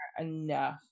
Enough